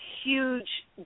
huge